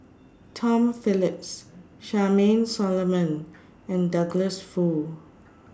Tom Phillips Charmaine Solomon and Douglas Foo